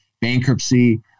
bankruptcy